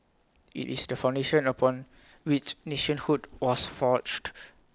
IT is the foundation upon which nationhood was forged